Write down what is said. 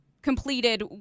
completed